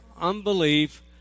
Unbelief